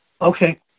Okay